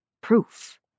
Proof